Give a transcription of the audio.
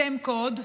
שם קוד,